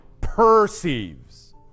perceives